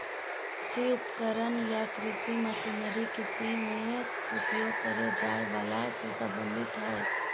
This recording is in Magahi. कृषि उपकरण या कृषि मशीनरी कृषि मे उपयोग करे जाए वला से संबंधित हई